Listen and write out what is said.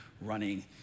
running